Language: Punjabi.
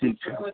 ਠੀਕ ਹੈ